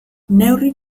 neurri